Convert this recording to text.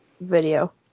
video